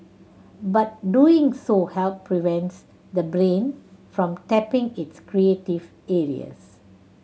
but doing so have prevents the brain from tapping its creative areas